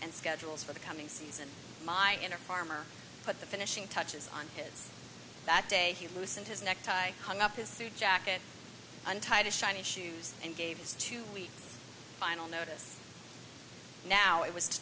and schedules for the coming season my inner farmer put the finishing touches on his that day he loosened his necktie hung up his suit jacket untied the shiny shoes and gave his two week final notice now it was